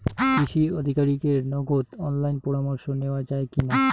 কৃষি আধিকারিকের নগদ অনলাইন পরামর্শ নেওয়া যায় কি না?